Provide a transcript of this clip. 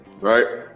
Right